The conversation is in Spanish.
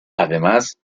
además